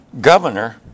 governor